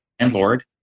landlord